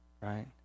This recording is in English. right